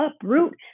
uproot